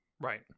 Right